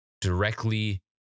directly